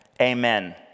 Amen